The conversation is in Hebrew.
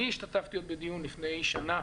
אני עוד השתתפתי בדיון לפני שנה,